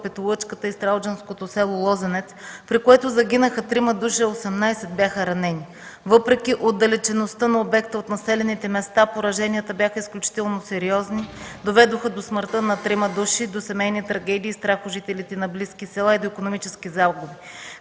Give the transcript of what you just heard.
„Петолъчката” и стралджанското село Лозенец, при което загинаха трима души, а 18 бяха ранени. Въпреки отдалечеността на обекта от населените места, пораженията бяха изключително сериозни, доведоха до смъртта на трима души, до семейни трагедии и страх у жителите на близки села и до икономически загуби.